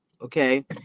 okay